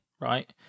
right